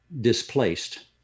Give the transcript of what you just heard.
displaced